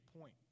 point